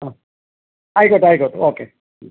ആ ആയിക്കോട്ടെ ആയിക്കോട്ടെ ഓക്കെ